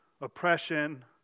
oppression